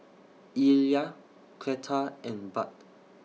Illya Cleta and Bud